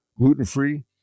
gluten-free